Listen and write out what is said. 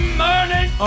morning